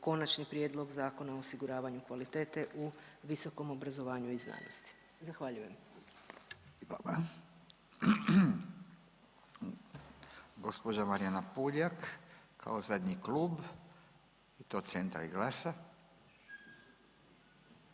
Konačni prijedlog Zakona o osiguravanju kvalitete u visokom obrazovanju i znanosti. Zahvaljujem.